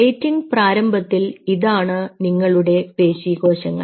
plating പ്രാരംഭത്തിൽ ഇതാണ് നിങ്ങളുടെ പേശി കോശങ്ങൾ